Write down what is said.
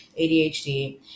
ADHD